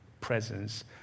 presence